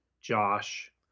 Josh